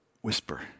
whisper